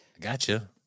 Gotcha